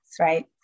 right